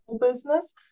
business